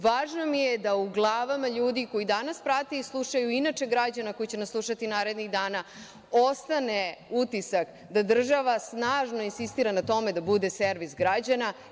Važno mi je da u glavama ljudi koji danas prate i slušaju, i inače građana koji će nas slušati narednih dana, ostane utisak da država snažno insistira na tome da bude servis građana.